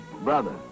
brother